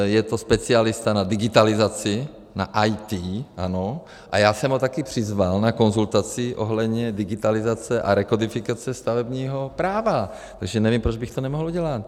Je to specialista na digitalizaci, na IT, ano, a já jsem ho taky přizval na konzultaci ohledně digitalizace a rekodifikace stavebního práva, takže nevím, proč bych to nemohl udělat.